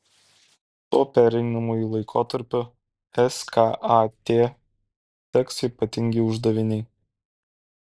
tuo pereinamuoju laikotarpiu skat teks ypatingi uždaviniai